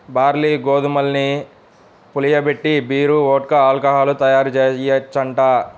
barley, గోధుమల్ని పులియబెట్టి beer, vodka, alcohol తయ్యారుజెయ్యొచ్చంట